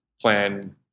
plan